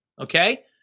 Okay